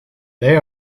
they